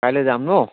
কাইলৈ যাম ন